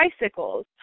bicycles